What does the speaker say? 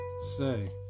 say